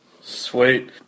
Sweet